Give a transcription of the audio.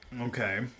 Okay